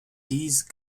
these